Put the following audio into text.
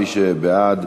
מי שבעד,